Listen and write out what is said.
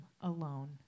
alone